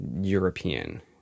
European